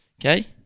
Okay